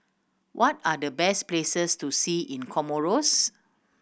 what are the best places to see in Comoros